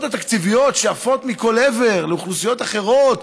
התקציביות שעפות מכל עבר לאוכלוסיות אחרות,